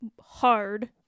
hard